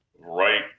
right